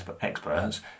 experts